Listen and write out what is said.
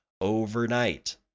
overnight